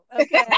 okay